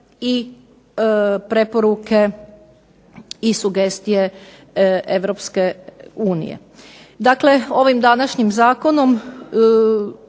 i preporuke i sugestije EU. Dakle, ovim današnjim zakonom